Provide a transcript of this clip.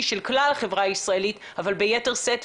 של כלל החברה הישראלית אבל ביתר שאת,